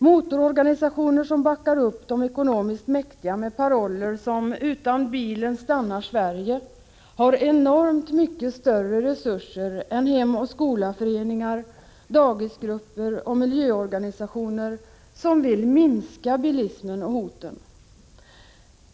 Motororganisationer som backar upp de ekonomiskt mäktiga med paroller som ”Utan bilen stannar Sverige” har enormt mycket större resurser än Hem och skola-föreningar, dagisgrupper och miljöorganisationer som vill minska bilismen och hoten.